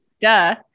Duh